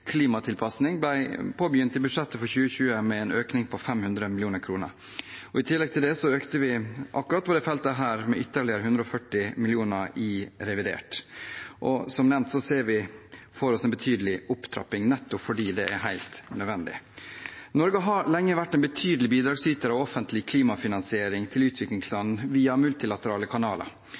klimatilpasning, påbegynt i budsjettet for 2020, med en økning på 500 mill. kr. I tillegg til det økte vi akkurat dette feltet med ytterligere 140 mill. kr i revidert. Som nevnt ser vi for oss en betydelig opptrapping nettopp fordi det er helt nødvendig. Norge har lenge vært en betydelig bidragsyter til offentlig klimafinansiering til utviklingsland via multilaterale kanaler.